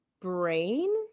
brain